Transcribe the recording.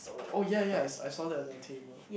oh ya yes I saw that on your table